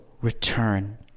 return